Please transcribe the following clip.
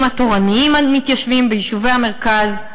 התורניים המתיישבים ביישובי המרכז,